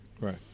Right